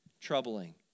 troubling